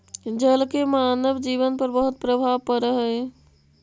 जल के मानव जीवन पर बहुत प्रभाव पड़ऽ हई